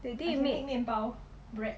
you think you make